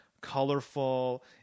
colorful